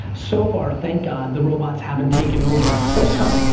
so far, thank god, the robots haven't taken over. but it's coming.